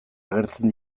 agertzen